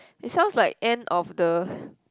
it sounds like end of the